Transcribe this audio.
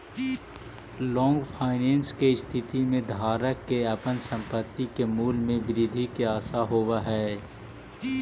long finance के स्थिति में धारक के अपन संपत्ति के मूल्य में वृद्धि के आशा होवऽ हई